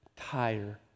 tire